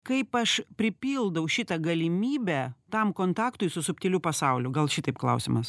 kaip aš pripildau šitą galimybę tam kontaktui su subtiliu pasauliu gal šitaip klausimas